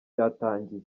ryatangiye